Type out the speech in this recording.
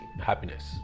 happiness